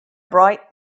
bright